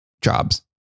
jobs